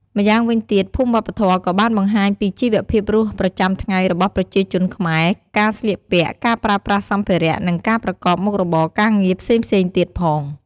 ម្យ៉ាងវិញទៀតភូមិវប្បធម៌ក៏បានបង្ហាញពីជីវភាពរស់ប្រចាំថ្ងៃរបស់ប្រជាជនខ្មែរ ការស្លៀកពាក់ ការប្រើប្រាស់សម្ភារៈ និងការប្រកបមុខរបរការងារផ្សេងៗទៀតផង។